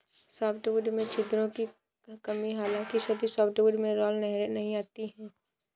softwood में छिद्रों की कमी हालांकि सभी सॉफ्टवुड में राल नहरें नहीं होती है